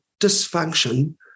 dysfunction